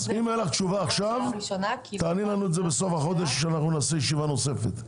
אז אם אין לך תשובה עכשיו תעני לנו בסוף החודש כשנעשה ישיבה נוספת.